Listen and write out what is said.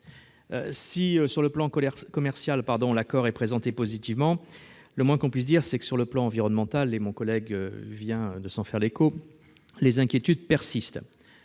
Si, sur le plan commercial, l'accord est présenté de façon positive, le moins qu'on puisse dire, c'est que, du point de vue environnemental - mon collègue vient de s'en faire l'écho - les inquiétudes persistent.